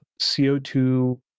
CO2